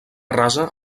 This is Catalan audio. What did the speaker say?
rasa